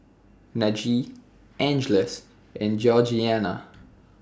Najee Angeles and Georgianna